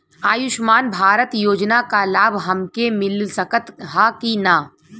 आयुष्मान भारत योजना क लाभ हमके मिल सकत ह कि ना?